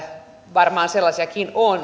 varmaan sellaisiakin paikkoja on